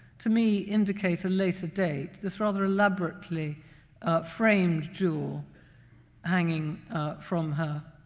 to me indicate a later date. this rather elaborately framed jewel hanging from her.